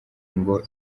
ngo